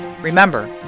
Remember